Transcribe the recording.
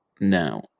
Now